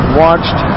watched